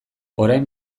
orain